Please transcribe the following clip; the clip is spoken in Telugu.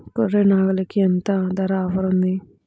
గొర్రె, నాగలికి ఎంత ధర ఆఫర్ ఉంది?